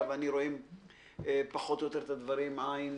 ואני רואים פחות או יותר את הדברים עין